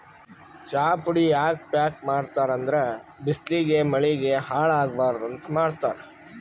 ಚಾಪುಡಿ ಯಾಕ್ ಪ್ಯಾಕ್ ಮಾಡ್ತರ್ ಅಂದ್ರ ಬಿಸ್ಲಿಗ್ ಮಳಿಗ್ ಹಾಳ್ ಆಗಬಾರ್ದ್ ಅಂತ್ ಮಾಡ್ತಾರ್